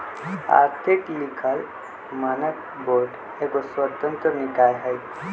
आर्थिक लिखल मानक बोर्ड एगो स्वतंत्र निकाय हइ